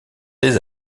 des